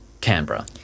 Canberra